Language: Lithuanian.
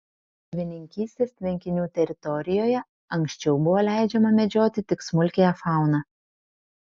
žuvininkystės tvenkinių teritorijoje anksčiau buvo leidžiama medžioti tik smulkiąją fauną